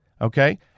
Okay